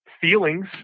feelings